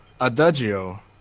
Adagio